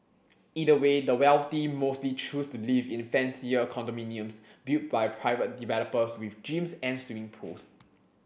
either way the wealthy mostly choose to live in fancier condominiums built by private developers with gyms and swimming pools